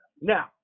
Now